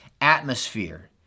atmosphere